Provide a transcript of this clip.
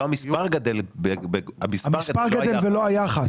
המספר גדל ולא היחס.